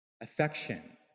Affection